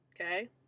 Okay